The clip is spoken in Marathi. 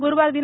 ग्रुवार दि